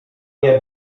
nie